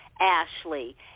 Ashley